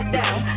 down